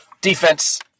Defense